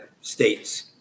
states